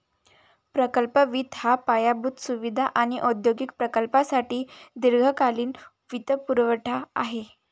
प्रकल्प वित्त हा पायाभूत सुविधा आणि औद्योगिक प्रकल्पांसाठी दीर्घकालीन वित्तपुरवठा आहे